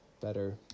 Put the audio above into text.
Better